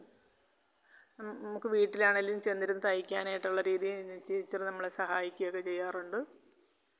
നമുക്ക് വീട്ടിൽ ആണെങ്കിലും ചെന്നിരുന്ന് തയ്ക്കാനായിട്ടുള്ള രീതിയിൽ റ്റീച്ചറ് നമ്മളെ സഹായിക്കുകയും ഒക്കെ ചെയ്യാറുണ്ട്